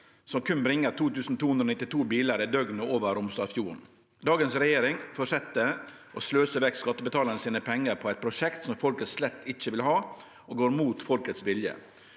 som kun bringar 2 292 bilar i døgnet over Romsdalsfjorden. Dagens regjering fortset å sløse vekk skattebetalarane sine pengar på eit prosjekt som folket slett ikkje vil ha, og går mot folkets vilje.